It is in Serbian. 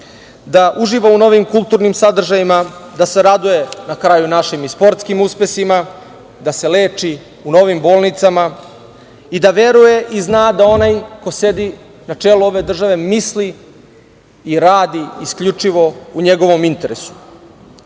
da uživa u novim kulturnim sadržajima, da se raduje našim sportskim uspesima, da se leči u novim bolnicama i da veruje i zna da onaj ko sedi na čelu ove države misli i radi isključivo u njegovom interesu. Poštovani